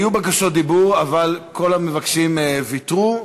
היו בקשות דיבור, אבל כל המבקשים ויתרו.